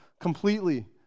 completely